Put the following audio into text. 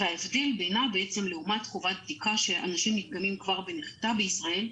וההבדל בינה לעומת חובת בדיקה שאנשים נדגמים כבר בנחיתה בישראל,